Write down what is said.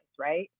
right